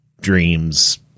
dreams